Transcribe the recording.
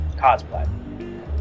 cosplay